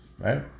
Right